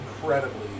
incredibly